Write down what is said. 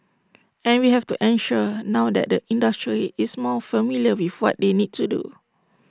and we have to ensure now that the industry is more familiar with what they need to do